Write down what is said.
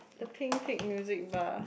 the Pink Pig music bar